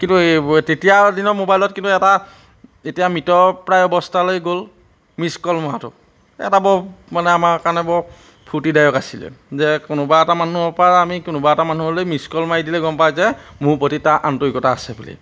কিন্তু তেতিয়াৰ দিনৰ মোবাইলত কিন্তু এটা এতিয়া মৃত প্ৰায় অৱস্থালৈ গ'ল মিচ কল মৰাটো এটা বৰ মানে আমাৰ কাৰণে বৰ ফূৰ্তিদায়ক আছিলে যে কোনোবা এটা মানুহৰ পৰা আমি কোনোবা এটা মানুহলৈ মিচ কল মাৰি দিলে গম পাই যে মোৰ প্ৰতি তাৰ আন্তৰিকতা আছে বুলি